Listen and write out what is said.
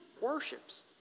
worships